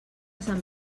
sant